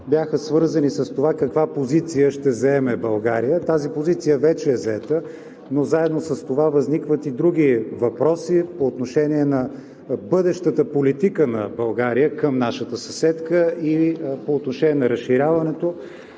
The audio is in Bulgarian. бяха свързани с това каква позиция ще заеме България. Тази позиция вече е взета, но заедно с това възникват и други въпроси по отношение на бъдещата политика на България към нашата съседка и по отношение на разширяването.